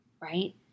right